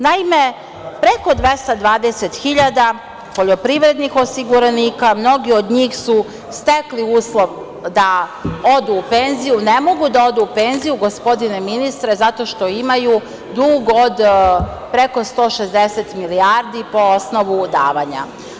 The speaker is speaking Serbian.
Naime, preko 220 hiljada poljoprivrednih osiguranika, mnogi od njih su stekli uslov da odu u penziju, ne mogu da odu u penziju, gospodine ministre, zato što imaju dug od preko 160 milijardi po osnovu davanja.